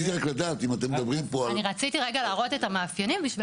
אני רציתי קודם כל להראות את המאפיינים בשביל